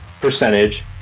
Percentage